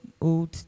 old